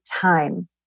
time